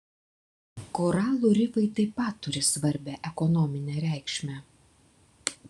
koralų rifai taip pat turi svarbią ekonominę reikšmę